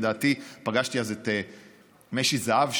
לדעתי פגשתי שם אז את משי זהב,